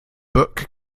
book